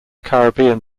caribbean